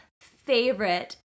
favorite